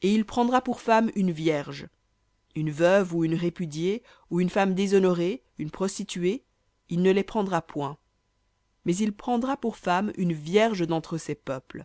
et il prendra pour femme une vierge une veuve ou une répudiée ou une femme déshonorée une prostituée il ne les prendra point mais il prendra pour femme une vierge d'entre ses peuples